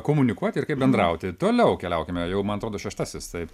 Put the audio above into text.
komunikuoti ir kaip bendrauti toliau keliaukime jau man atrodo šeštasis taip